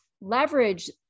leverage